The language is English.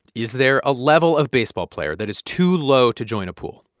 is there a level of baseball player that is too low to join a pool?